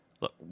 Look